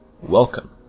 Welcome